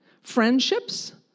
friendships